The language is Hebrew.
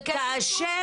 זה כשל שוק.